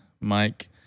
Mike